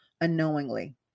unknowingly